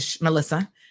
Melissa